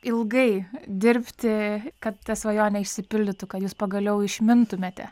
ilgai dirbti kad ta svajonė išsipildytų kad jūs pagaliau išmintumėte